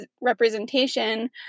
representation